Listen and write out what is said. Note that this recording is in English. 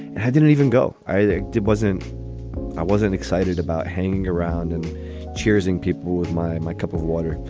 and i didn't even go either. it wasn't i wasn't excited about hanging around and cheering people with my my cup of water.